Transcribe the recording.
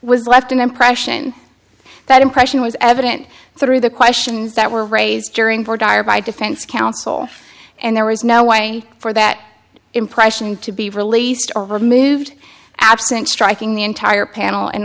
was left an impression that impression was evident through the questions that were raised during voir dire by defense counsel and there was no way for that impression to be released over moved absent striking the entire panel and